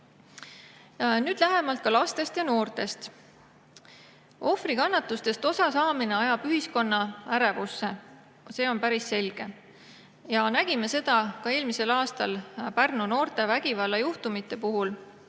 Nüüd lähemalt lastest ja noortest. Ohvri kannatustest osasaamine ajab ühiskonna ärevusse. See on päris selge. Nägime seda ka eelmisel aastal Pärnu noorte vägivallajuhtumite puhul,